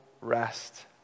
rest